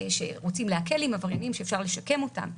שרוצים להקל עם עבריינים שאפשר לשקם אותם,